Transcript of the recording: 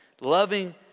loving